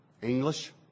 English